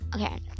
okay